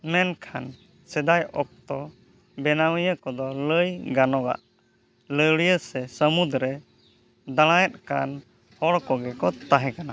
ᱢᱮᱱᱠᱷᱟᱱ ᱥᱮᱫᱟᱭ ᱚᱠᱛᱚ ᱵᱮᱱᱟᱣᱤᱭᱟᱹ ᱠᱚᱫᱚ ᱞᱟᱹᱭ ᱜᱟᱱᱚᱜᱼᱟ ᱞᱟᱹᱣᱲᱤᱭᱟᱹ ᱥᱮ ᱥᱟᱹᱢᱩᱫᱽᱨᱮ ᱫᱟᱬᱟᱭᱮᱫ ᱠᱟᱱ ᱦᱚᱲ ᱠᱚᱜᱮᱠᱚ ᱛᱟᱦᱮᱸ ᱠᱟᱱᱟ